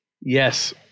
Yes